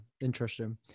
interesting